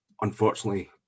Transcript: Unfortunately